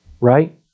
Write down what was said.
right